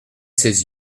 ses